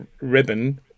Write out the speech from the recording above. ribbon